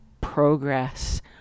progress